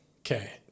Okay